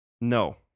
No